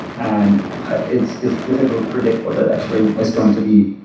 and it's it's difficult to predict what that actually is going to be.